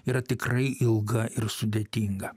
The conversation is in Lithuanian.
yra tikrai ilga ir sudėtinga